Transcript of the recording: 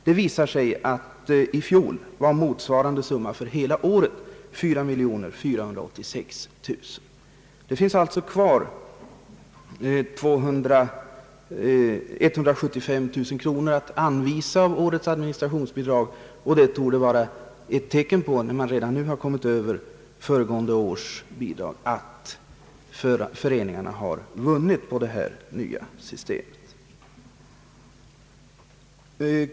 Det har visat sig att förra budgetåret uppgick motsvarande summa för hela året till 4 486 000 kronor. Det finns alltså kvar 175 000 kronor att anvisa av årets administrationsbidrag, och det torde vara ett tecken på, att föreningarna vunnit på det nya systemet, eftersom man redan nu överskridit föregående budgetårs bidrag.